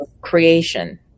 creation